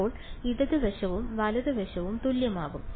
അപ്പോൾ ഇടതു വശവും വലതു വശവും തുല്യമാകും